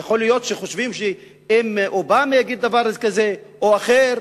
יכול להיות שחושבים שאם אובמה יגיד דבר כזה או אחר,